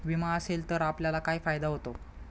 विमा असेल तर आपल्याला काय फायदा होतो?